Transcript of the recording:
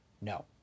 No